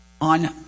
on